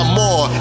more